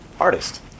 artist